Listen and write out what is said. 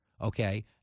Okay